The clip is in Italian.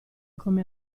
come